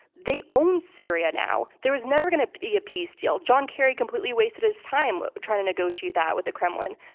they own syria now. there was never gonna be a peace deal. john kerry completely wasted his time trying to negotiate that with the kremlin.